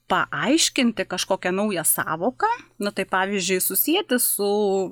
paaiškinti kažkokią naują sąvoką nu tai pavyzdžiui susieti su